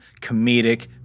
comedic